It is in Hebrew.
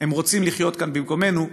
הם רוצים לחיות כאן במקומנו.